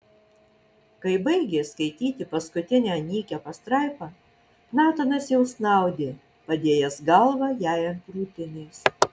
kai baigė skaityti paskutinę nykią pastraipą natanas jau snaudė padėjęs galvą jai ant krūtinės